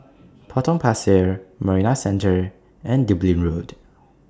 Potong Pasir Marina Centre and Dublin Road